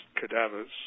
cadavers